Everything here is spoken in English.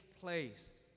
place